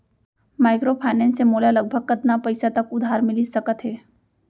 Microfinance से मोला लगभग कतना पइसा तक उधार मिलिस सकत हे?